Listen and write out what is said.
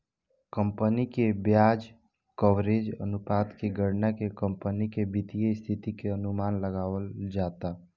company के ब्याज coverage अनुपात के गणना के कंपनी के वित्तीय स्थिति के अनुमान लगावल जाता